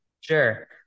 Sure